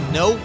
no